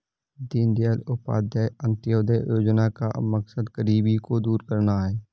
दीनदयाल उपाध्याय अंत्योदय योजना का मकसद गरीबी को दूर करना है